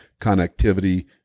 connectivity